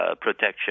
protection